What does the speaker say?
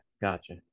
Gotcha